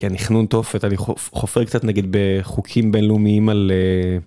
אני חנון תופת אני חופר קצת נגיד בחוקים בינלאומיים על...